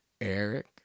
Eric